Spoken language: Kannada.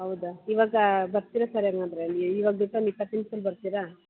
ಹೌದಾ ಇವಾಗ ಬರ್ತೀರಾ ಸರ್ ಹಂಗಂದ್ರೆ ನೀವು ಇವಾಗ ಬೇಕನ್ ಇಪ್ಪತ್ತು ನಿಮ್ಷ್ದಲ್ಲಿ ಬರ್ತೀರಾ